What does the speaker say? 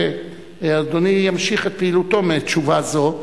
ואדוני ימשיך את פעילותו מתשובה זו.